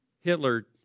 Hitler